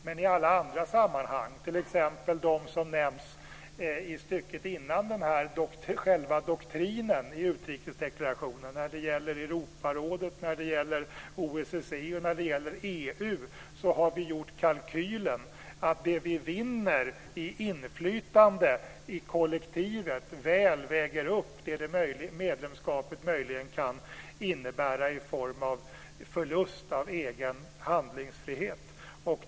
Men i alla andra sammanhang, t.ex. de som nämns i stycket innan själva doktrinen i utrikesdeklarationen, Europarådet, OSSE och EU, har vi gjort kalkylen att det vi vinner i inflytande i kollektivet väl väger upp det medlemskapet möjligen kan innebära i form av förlust av egen handlingsfrihet.